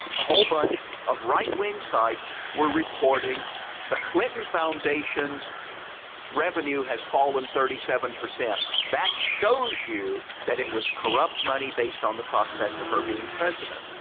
a whole bunch of right-wing sites were reporting the clinton foundation's revenue has fallen thirty seven percent. that shows you that it was corrupt money based on the prospect of her being president.